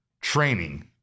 training